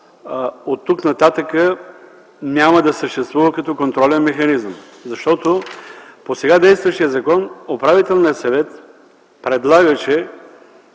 оттук нататък няма да съществува като контролен механизъм. По сега действащия закон Управителният съвет предлагаше